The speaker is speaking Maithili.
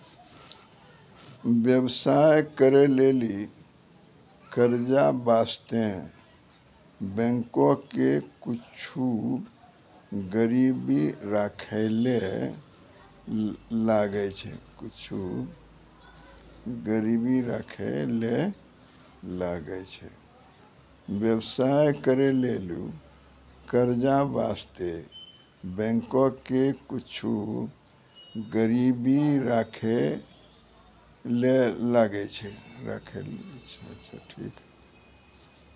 व्यवसाय करै लेली कर्जा बासतें बैंको के कुछु गरीबी राखै ले लागै छै